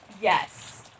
Yes